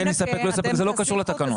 כן יספק, לא יספק, זה לא קשור לתקנות.